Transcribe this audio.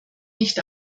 nicht